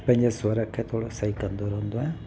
पंहिंजे स्वर खे थोरो सही कंदो रहंदो आहियां